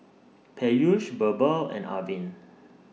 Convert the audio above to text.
Peyush Birbal and Arvind